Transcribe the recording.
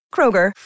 Kroger